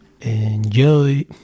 Enjoy